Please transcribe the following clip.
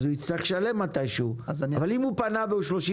הוא יצטרך לשלם מתי שהוא אבל אם הוא פנה והוא 38,